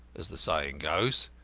as the saying goes.